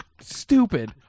stupid